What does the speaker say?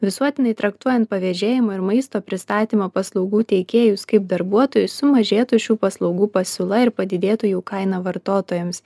visuotinai traktuojant pavėžėjimo ir maisto pristatymo paslaugų teikėjus kaip darbuotojui sumažėtų šių paslaugų pasiūla ir padidėtų jų kainą vartotojams